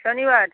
শনিবার